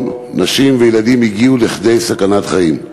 ונשים וילדים הגיעו לכדי סכנת חיים.